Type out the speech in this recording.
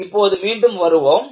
இப்போது மீண்டும் வருவோம்